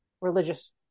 religious